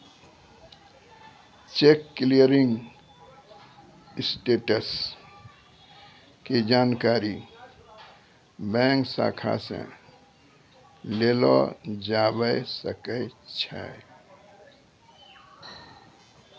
cheque clearing status के जानकारी bank शाखा से लेलो जाबै सकै छै